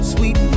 Sweet